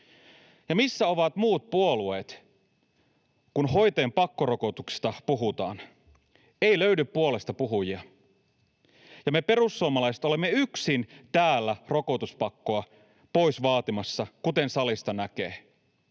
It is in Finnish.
Ja missä ovat muut puolueet, kun hoitajien pakkorokotuksista puhutaan? Ei löydy puolestapuhujia, ja me perussuomalaiset olemme yksin täällä rokotuspakkoa pois vaatimassa, kuten salista näkee.